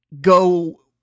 go